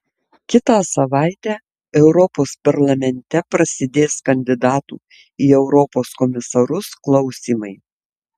kitą savaitę europos parlamente prasidės kandidatų į europos komisarus klausymai